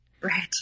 right